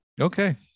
Okay